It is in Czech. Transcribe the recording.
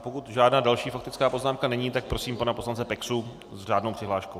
Pokud žádná další faktická poznámka není, tak prosím pana poslance Peksu s řádnou přihláškou.